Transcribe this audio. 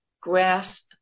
grasp